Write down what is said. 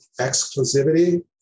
exclusivity